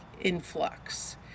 influx